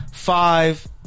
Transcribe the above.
Five